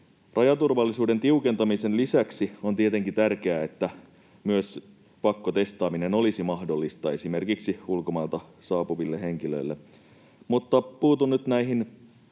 Rajaturvallisuuden tiukentamisen lisäksi on tietenkin tärkeää, että myös pakkotestaaminen olisi mahdollista esimerkiksi ulkomailta saapuville henkilöille. Mutta puutun nyt näihin